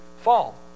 fall